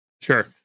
Sure